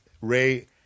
Ray